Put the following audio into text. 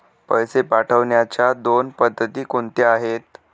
पैसे पाठवण्याच्या दोन पद्धती कोणत्या आहेत?